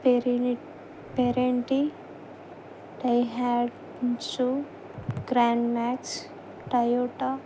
peri పెరటీ టైహ్యాడ్స్ grand max Toyota